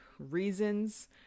reasons